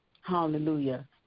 hallelujah